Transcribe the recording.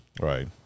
Right